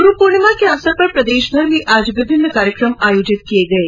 ग्रू पूर्णिमा के अवसर पर प्रदेशभर में आज विभिन्न कार्यक्रम आयोजित किये गये